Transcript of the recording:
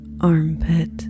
armpit